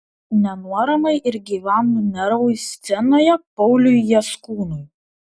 nenuoramai ir gyvam nervui scenoje pauliui jaskūnui